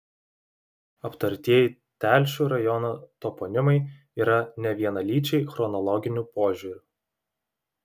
aptartieji telšių rajono toponimai yra nevienalyčiai chronologiniu požiūriu